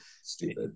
stupid